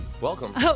Welcome